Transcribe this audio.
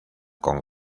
con